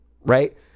Right